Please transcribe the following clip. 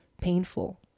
painful